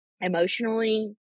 emotionally